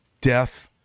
death